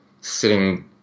sitting